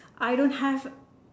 I don't have